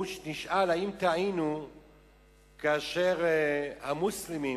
הוא נשאל: האם טעינו בכך שהמוסלמים